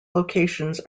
locations